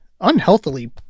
unhealthily